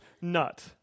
nut